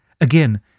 Again